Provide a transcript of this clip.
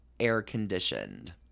air-conditioned